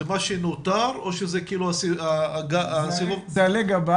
זה מה שנותר או שזה --- זה הבא,